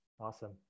Awesome